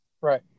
Right